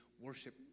worship